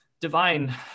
divine